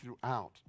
throughout